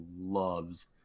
loves